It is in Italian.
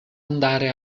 andare